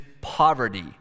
poverty